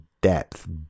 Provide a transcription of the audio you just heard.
depth